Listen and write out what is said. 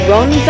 Ron